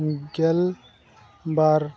ᱜᱮᱞ ᱵᱟᱨ